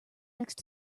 next